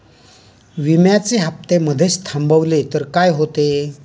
विम्याचे हफ्ते मधेच थांबवले तर काय होते?